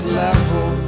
level